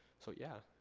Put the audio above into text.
so, yeah,